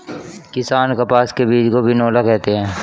किसान कपास के बीज को बिनौला कहते है